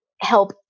help